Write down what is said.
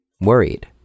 worried